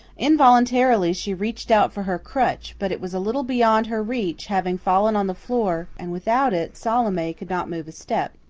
involuntarily she reached out for her crutch but it was a little beyond her reach, having fallen on the floor, and without it salome could not move a step.